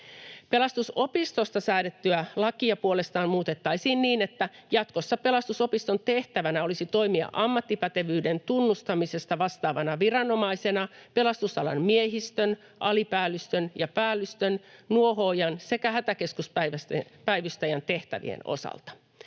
Pelastusopistosta säädettyä lakia puolestaan muutettaisiin niin, että jatkossa Pelastusopiston tehtävänä olisi toimia ammattipätevyyden tunnustamisesta vastaavana viranomaisena pelastusalan miehistön, alipäällystön ja päällystön, nuohoojan sekä hätäkeskuspäivystäjän tehtävien osalta.